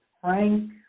Frank